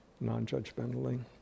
non-judgmentally